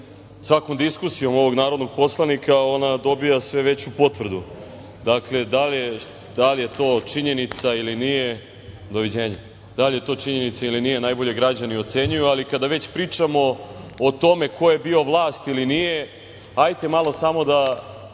svakom diskusijom ovog narodnog poslanika ona dobija sve veću potvrdu. Da li je to činjenica ili nije, najbolje građani ocenjuju. Kada već pričamo o tome ko je bio vlast ili nije, hajde malo samo da